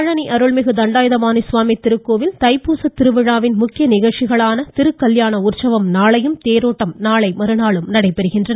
பழனி அருள்மிகு தண்டாயுதபாணி சுவாமி திருக்கோவில் தைப்பூசத் திருவிழாவின் முக்கிய நிகழ்ச்சிகளான திருக்கல்யாண உற்சவம் நாளையும் தேரோட்டம் நாளை மறுநாளும் நடைபெறுகின்றன